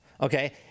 Okay